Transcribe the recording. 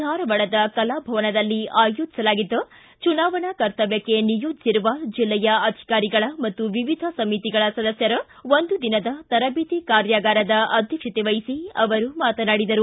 ಧಾರವಾಡದ ಕಲಾಭವನದಲ್ಲಿ ಚುನಾವಣಾ ಕರ್ತವ್ಯಕ್ಷ ನಿಯೋಜಿಸಿರುವ ಜಿಲ್ಲೆಯ ಅಧಿಕಾರಿಗಳ ಮತ್ತು ವಿವಿಧ ಸಮಿತಿಗಳ ಸದಸ್ವರ ಒಂದು ದಿನದ ತರಬೇತಿ ಕಾರ್ಯಾಗಾರದ ಅಧ್ಯಕ್ಷತೆ ವಹಿಸಿ ಅವರು ಮಾತನಾಡಿದರು